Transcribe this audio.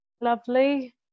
lovely